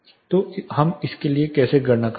तो हम इसके लिए कैसे गणना करते हैं